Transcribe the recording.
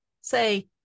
say